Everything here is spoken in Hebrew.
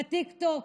בטיקטוק?